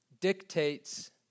dictates